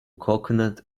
coconut